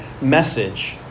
message